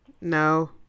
No